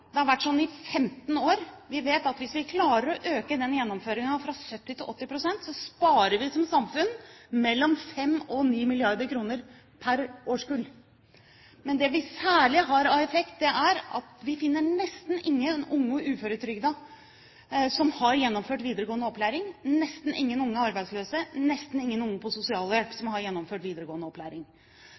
det har vært sånn i 15 år. Vi vet at hvis vi klarer å øke gjennomføringen fra 70 pst. til 80 pst., sparer vi som samfunn mellom 5 mrd. og 9 mrd. kr per årskull. Men det vi særlig har av effekt, er at vi finner nesten ingen unge uføretrygdede som har gjennomført videregående opplæring, nesten ingen unge arbeidsløse, nesten ingen unge på sosialhjelp som har gjennomført videregående opplæring.